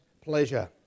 pleasure